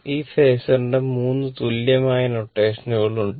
ഒരു ഫാസറിന്റെ 3 തുല്യമായ നൊട്ടേഷനുകൾ ഉണ്ട്